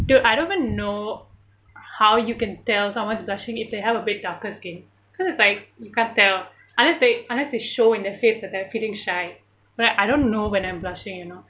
dude I don't even know how you can tell someone's blushing if they have a bit darker skin cause it's like you can't tell unless they unless they show in their face that they're feeling shy but like I don't know when I'm blushing you know